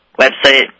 website